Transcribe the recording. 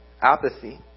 apathy